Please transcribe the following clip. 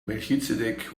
melchizedek